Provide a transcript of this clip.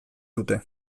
dute